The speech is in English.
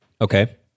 Okay